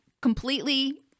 completely